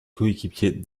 coéquipier